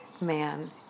man